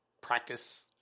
practice